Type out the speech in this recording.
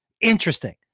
interesting